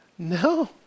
No